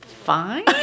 fine